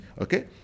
Okay